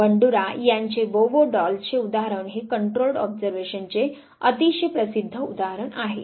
Bandura यांचे Bobo doll चे उदाहरण हे कंट्रोलड ऑब्झर्वेशनचे अतिशय प्रसिद्ध उदाहरण आहे